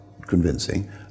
convincing